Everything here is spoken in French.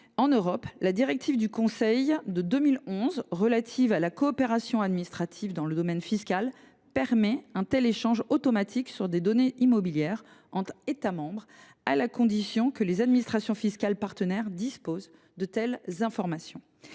En Europe, la directive du Conseil du 15 février 2011 relative à la coopération administrative dans le domaine fiscal permet un tel échange automatique sur des données immobilières entre États membres, à la condition que les administrations fiscales partenaires disposent de telles informations.